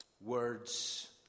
words